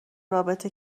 رابطه